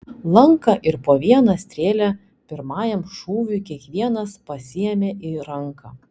lanką ir po vieną strėlę pirmajam šūviui kiekvienas pasiėmė į ranką